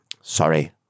Sorry